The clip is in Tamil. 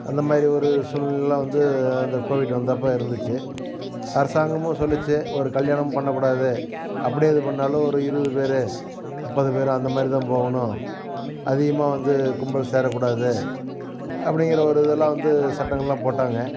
அந்தமாதிரி ஒரு சூழ்நிலையெலாம் வந்து அந்த கோவிட் வந்தப்போ இருந்துச்சு அரசாங்கமும் சொல்லிச்சு ஒரு கல்யாணம் பண்ணக்கூடாது அப்படே இது பண்ணாலும் ஒரு இருபது பேர் முப்பது பேர் அந்தமாதிரி தான் போகணும் அதிகமாக வந்து கும்பல் சேரக்கூடாது அப்படிங்கிற ஒரு இதெல்லாம் வந்து சட்டங்கள்லாம் போட்டாங்கள்